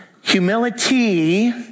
Humility